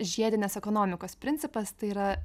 žiedinės ekonomikos principas tai yra